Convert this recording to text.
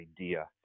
idea